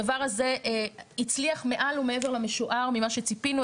הדבר הזה הצליח מעל ומעבר למשוער ממה שציפינו.